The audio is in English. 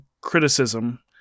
criticism